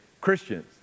Christians